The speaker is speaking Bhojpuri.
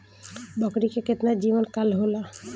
बकरी के केतना जीवन काल होला?